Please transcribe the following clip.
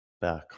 Back